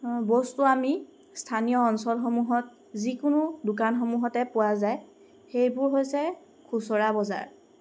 বস্তু আমি স্থানীয় অঞ্চলসমূহত যিকোনো দোকানসমূহতে পোৱা যায় সেইবোৰ হৈছে খুচুৰা বজাৰ